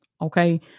Okay